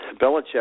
Belichick